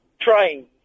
train